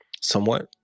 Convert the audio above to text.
somewhat